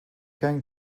going